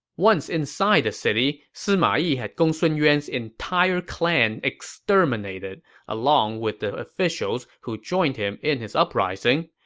once inside the city, sima yi had gongsun yuan's entire clan executed, along with the officials who joined him in his uprising.